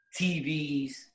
TVs